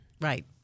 Right